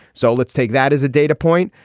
so let's take that as a data point.